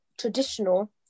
traditional